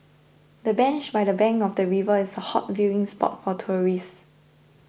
the bench by the bank of the river is a hot viewing spot for tourists